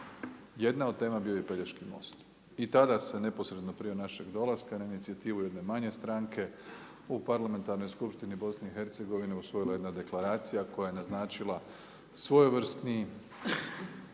Jedna od tema bio je i Pelješki most i tada se neposredno prije našeg dolaska na inicijativu jedne manje stranke u Parlamentarnoj skupštini BiH usvojila jedna deklaracija koja je naznačila svojevrsni